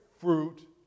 fruit